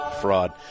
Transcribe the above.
fraud